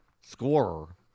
scorer